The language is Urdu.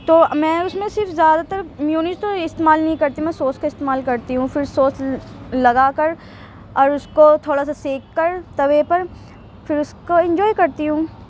تو میں اس میں صرف زیادہ تر میونیز تو استعمال نہیں کرتی میں سوس کا استعمال کرتی ہوں پھر سوس لگا کر اور اس کو تھوڑا سا سینک کر توے پر پھر اس کو انجوائے کرتی ہوں